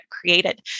created